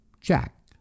jack